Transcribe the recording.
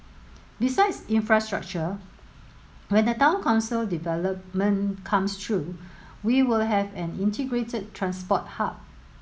besides infrastructure when the Town Council development comes through we will have an integrated transport hub